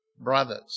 brothers